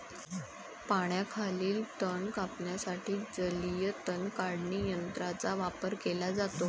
पाण्याखालील तण कापण्यासाठी जलीय तण काढणी यंत्राचा वापर केला जातो